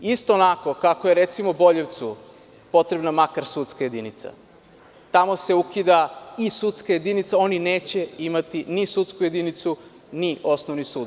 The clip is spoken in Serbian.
Isto onako kako je, recimo, Boljevcu potrebna makar sudska jedinica, tamo se i to ukida i oni neće imati ni sudsku jedinicu ni osnovni sud.